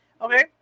Okay